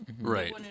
Right